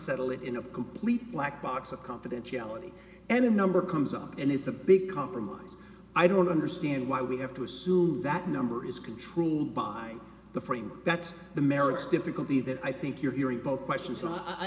settle it in a complete lack box of confidentiality and a number comes up and it's a big compromise i don't understand why we have to assume that number is controlled by the frame that's the merits difficulty that i think you're hearing both questions so i